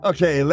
Okay